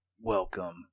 welcome